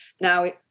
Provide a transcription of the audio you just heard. Now